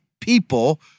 people